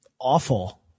awful